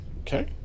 Okay